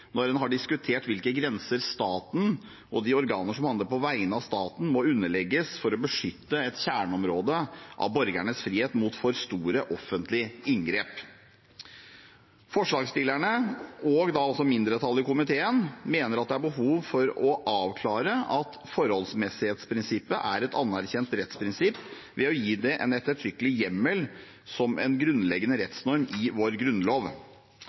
når en har diskutert hvilke grenser staten og de organer som handler på vegne av staten, må underlegges for å beskytte et kjerneområde av borgernes frihet mot for store offentlige inngrep. Forslagsstillerne, og mindretallet i komiteen, mener at det er behov for å avklare at forholdsmessighetsprinsippet er et anerkjent rettsprinsipp, ved å gi det en uttrykkelig hjemmel som en grunnleggende rettsnorm i vår grunnlov.